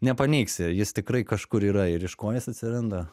nepaneigsi jis tikrai kažkur yra ir iš ko jis atsiranda